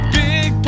big